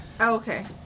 okay